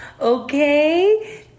Okay